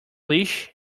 leash